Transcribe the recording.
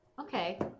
okay